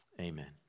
amen